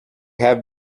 have